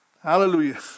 Hallelujah